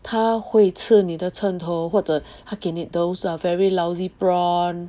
他会吃你的秤头或者他给你 those uh very lousy prawn